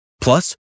Plus